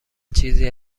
چیزی